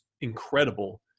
incredible